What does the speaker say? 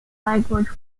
language